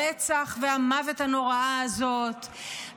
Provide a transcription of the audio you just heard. הרצח והמוות הנוראה הזאת.